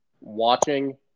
watching